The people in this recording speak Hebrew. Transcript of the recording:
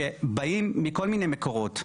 שבאים מכל מיני מקורות.